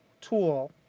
tool